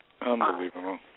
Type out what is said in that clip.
Unbelievable